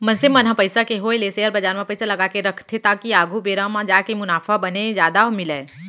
मनसे मन ह पइसा के होय ले सेयर बजार म पइसा लगाके रखथे ताकि आघु बेरा म जाके मुनाफा बने जादा मिलय